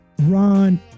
Ron